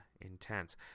intense